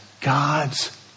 God's